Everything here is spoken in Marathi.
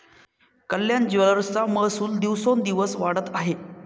कल्याण ज्वेलर्सचा महसूल दिवसोंदिवस वाढत आहे